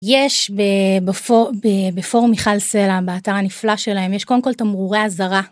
יש בפורום מיכל סלע באתר הנפלא שלהם, יש קודם כל תמרורי אזהרה.